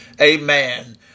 amen